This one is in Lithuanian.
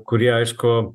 kurie aišku